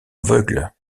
aveugle